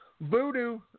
Voodoo